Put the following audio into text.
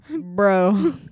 Bro